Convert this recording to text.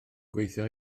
gweithio